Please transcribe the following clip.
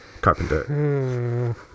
Carpenter